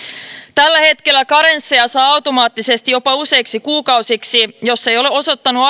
tällä hetkellä karensseja saa automaattisesti jopa useiksi kuukausiksi jos ei ole osoittanut